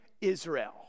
Israel